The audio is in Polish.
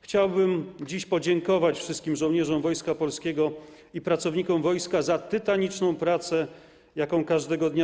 Chciałbym dziś podziękować wszystkim żołnierzom Wojska Polskiego i pracownikom wojska za tytaniczną pracę, jaką wykonują każdego dnia.